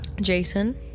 Jason